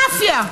מאפיה.